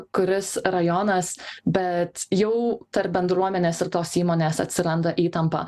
kuris rajonas bet jau tarp bendruomenės ir tos įmonės atsiranda įtampa